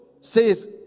says